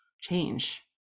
change